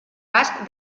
basc